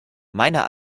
meiner